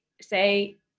say